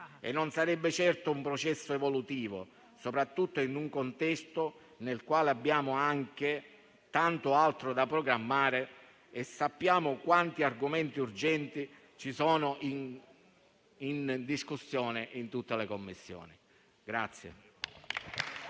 e non sarebbe certo un processo evolutivo, soprattutto in un contesto nel quale abbiamo anche tanto altro da programmare (e sappiamo quanti argomenti urgenti ci sono in discussione in tutte le Commissioni).